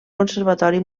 conservatori